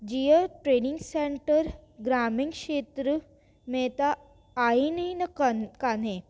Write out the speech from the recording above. जीअं training centre ग्रामीण खेत्र में त आहिनि ई कन कान्ह